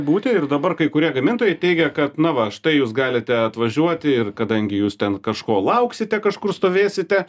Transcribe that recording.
būti ir dabar kai kurie gamintojai teigia kad na va štai jūs galite atvažiuoti ir kadangi jūs ten kažko lauksite kažkur stovėsite